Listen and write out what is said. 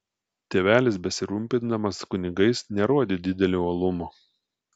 tėvelis besirūpindamas kunigais nerodė didelio uolumo